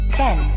ten